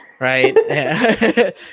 right